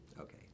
Okay